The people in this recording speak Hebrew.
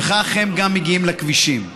וכך הם גם מגיעים לכבישים.